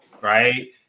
right